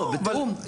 לא, בתיאום.